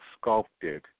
sculpted